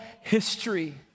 history